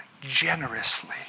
generously